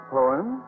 Poem